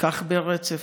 כך ברצף.